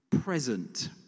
present